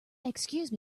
excuse